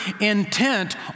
intent